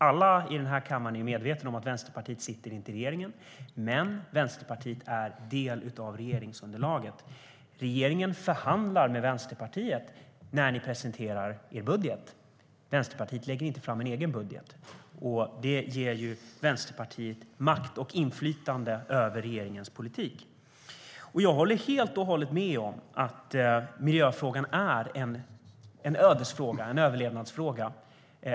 Alla i den här kammaren är medvetna om att Vänsterpartiet inte sitter i regeringen, men Vänsterpartiet är del av regeringsunderlaget. Ni i regeringen förhandlar med Vänsterpartiet när ni presenterar er budget. Vänsterpartiet lägger inte fram någon egen budget. Det ger Vänsterpartiet makt och inflytande över regeringens politik. Jag håller helt och hållet med om att miljöfrågan är en ödesfråga, en överlevnadsfråga.